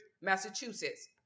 Massachusetts